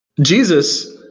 Jesus